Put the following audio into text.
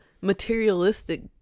materialistic